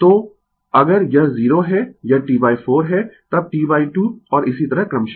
तो अगर यह 0 है यह T4 है तब T2 और इसी तरह क्रमशः